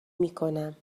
میکنم